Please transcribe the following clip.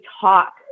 talk